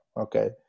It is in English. okay